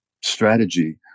strategy